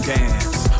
dance